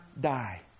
die